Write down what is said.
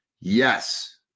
Yes